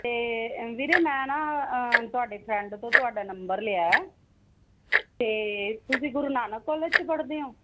ਅਤੇ ਵੀਰੇ ਮੈਂ ਨਾ ਤੁਹਾਡੇ ਫਰੈਂਡ ਤੋਂ ਤੁਹਾਡਾ ਨੰਬਰ ਲਿਆ ਹੈ ਅਤੇ ਤੁਸੀਂ ਗੁਰੂ ਨਾਨਕ ਕਾਲਜ 'ਚ ਪੜ੍ਹਦੇ ਹੋ